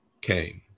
came